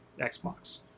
xbox